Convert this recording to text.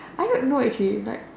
I don't know actually but